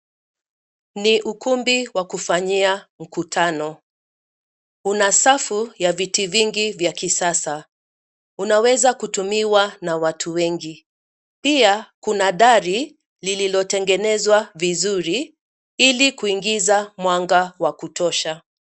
Ni ukumbi wa kufanyia mkutano. Una safu ya viti vingi vya kisasa. Unaweza kutumiwa na watu wengi. Pia kuna dari lililotengenezwa vizuri ili kuingiza mwanga wa kutosha.